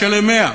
שלם 100,